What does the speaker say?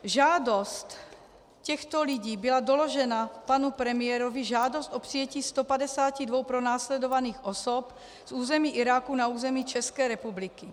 Žádost těchto lidí byla doložena panu premiérovi, žádost o přijetí 152 pronásledovaných osob z území Iráku na území České republiky.